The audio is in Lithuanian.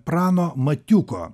prano matiuko